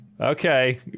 Okay